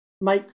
make